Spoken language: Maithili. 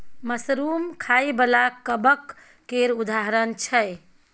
मसरुम खाइ बला कबक केर उदाहरण छै